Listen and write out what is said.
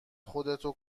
خودتو